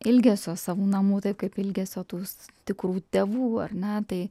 ilgesio savų namų taip kaip ilgesio tų tikrų tėvų ar ne tai